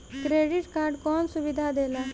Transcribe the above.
Credit card कौन सुबिधा देला?